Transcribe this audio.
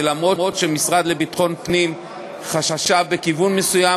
ואף שהמשרד לביטחון הפנים חשב בכיוון מסוים,